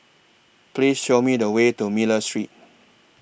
Please Show Me The Way to Miller Street